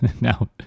now